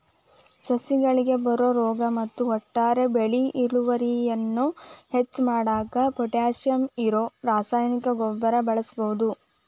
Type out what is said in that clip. ಸಸಿಗಳಿಗೆ ಬರೋ ರೋಗ ಮತ್ತ ಒಟ್ಟಾರೆ ಬೆಳಿ ಇಳುವರಿಯನ್ನ ಹೆಚ್ಚ್ ಮಾಡಾಕ ಪೊಟ್ಯಾಶಿಯಂ ಇರೋ ರಾಸಾಯನಿಕ ಗೊಬ್ಬರ ಬಳಸ್ಬಹುದು